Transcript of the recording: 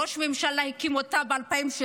ראש הממשלה הקים אותה ב-2016.